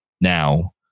now